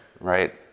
right